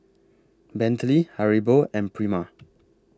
Bentley Haribo and Prima